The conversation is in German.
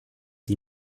die